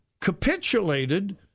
capitulated